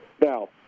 Now